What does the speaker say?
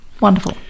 Wonderful